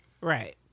Right